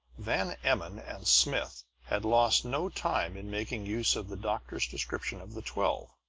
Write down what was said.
van emmon and smith had lost no time in making use of the doctor's description of the twelve.